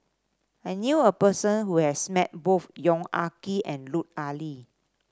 I knew a person who has met both Yong Ah Kee and Lut Ali